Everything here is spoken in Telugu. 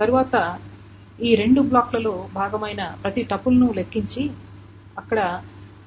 తరువాత ఈ రెండు బ్లాక్లలో భాగమైన ప్రతి టపుల్ను లెక్కించి అక్కడ